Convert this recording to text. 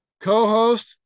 co-host